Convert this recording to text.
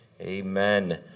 amen